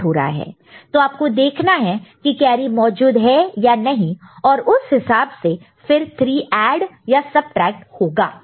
तो आप को देखना है की कैरी मौजूद है या नहीं और उस हिसाब से फिर 3 ऐड या सबट्रैक्ट होगा